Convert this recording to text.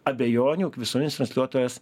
abejonių visuominis transliuotojas